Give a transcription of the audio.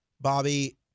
Bobby